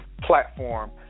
platform